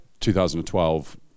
2012